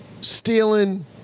Stealing